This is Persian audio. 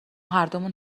هردومون